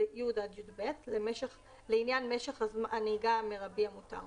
ו- (י) עד (יב) לעניין משך הנהיגה המירבי המותר.